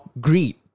greed